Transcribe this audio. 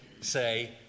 say